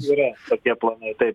yra tokie planai taip